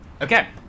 Okay